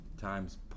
Times